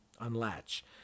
unlatch